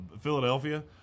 Philadelphia